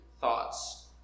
thoughts